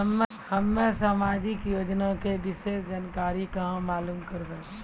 हम्मे समाजिक योजना के विशेष जानकारी कहाँ मालूम करबै?